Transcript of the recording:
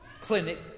clinic